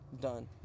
done